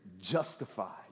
justified